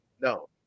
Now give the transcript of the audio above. No